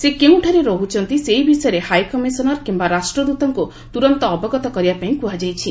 ସେ କେଉଁଠାରେ ରହୁଛନ୍ତି ସେହି ବିଷୟରେ ହାଇ କମିଶନର୍ କିମ୍ବା ରାଷ୍ଟ୍ରଦୂତଙ୍କୁ ତୁରନ୍ତ ଅବଗତ କରିବାପାଇଁ କୁହାଯାଇଛି